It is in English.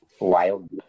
wild